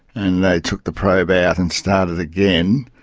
and they took the probe ah out and started again,